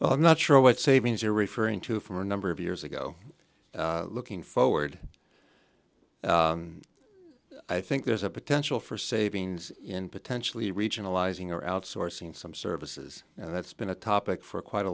well i'm not sure what savings you're referring to from a number of years ago looking forward i think there's a potential for savings in potentially regionalizing or outsourcing some services and that's been a topic for quite a